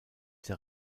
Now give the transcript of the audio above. der